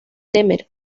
temer